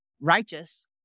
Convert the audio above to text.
righteous